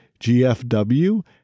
gfw